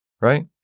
right